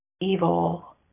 evil